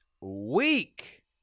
week